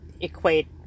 equate